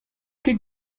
ket